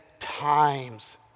times